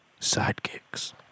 sidekicks